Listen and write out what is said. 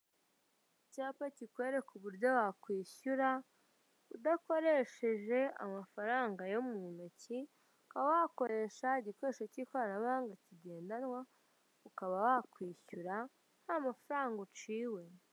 Icyapa kikwereka uburyo wakwishyura udakoresheje amafaranga yo mu ntoki, ukaba wakoresha igikoresho cy'ikoranabuhanga kigendanwa, ukaba wakwishyura nta mafaranga uciwe.